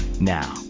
Now